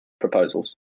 proposals